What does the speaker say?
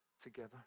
together